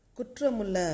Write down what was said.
Kutramula